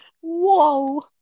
Whoa